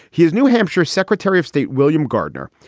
his new hampshire secretary of state, william gardner.